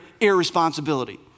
irresponsibility